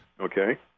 Okay